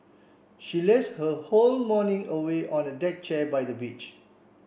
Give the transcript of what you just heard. she lazed her whole morning away on a deck chair by the beach